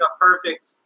perfect